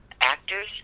actors